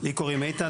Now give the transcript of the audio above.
לי קוראים איתן,